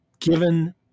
given